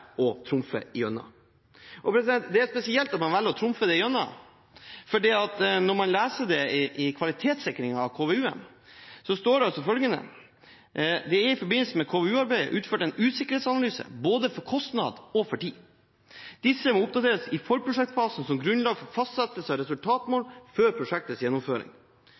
trumfe igjennom. Det er spesielt at man velger å trumfe det igjennom, for når man leser i kvalitetssikringen av KVU-en, står det følgende: «Det er i forbindelse med KVU-arbeidet utført en usikkerhetsanalyse både for kostnad og tid. Disse må oppdateres i forprosjektfasen som grunnlag for fastsettelse av resultatmål for prosjektets gjennomføring.